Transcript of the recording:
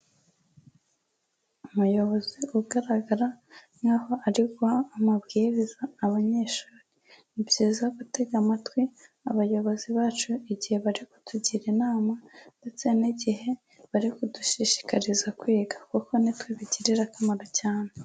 Umuyobozi ugaragara nkaho ari guha amabwiriza abanyeshuri. Ni byiza gutega amatwi abayobozi bacu igihe bari kutugira inama ndetse n'igihe bari kudushishikariza kwiga kuko ni twe bigirira akamaro cyane.